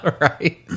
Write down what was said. Right